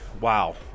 wow